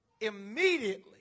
immediately